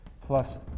Plus